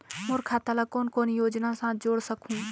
मोर खाता ला कौन कौन योजना साथ जोड़ सकहुं?